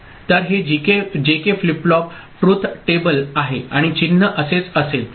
तर हे JK flip flop truth table आहे आणि चिन्ह असेच असेल